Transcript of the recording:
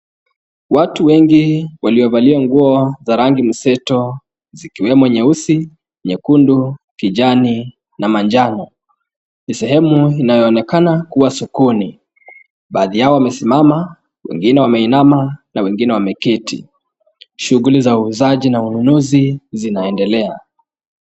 Watu wengi waliovalia nguo za rangi mseto zikiwemo nyeusi, nyekundu, kijani na manjano. Ni sehemu inayoonekana kuwa sokoni. Baadhi yao wamesimama, wengine wameinama na wengine wameketi. Shughuli za uuzaji na ununuzi zinaendelea.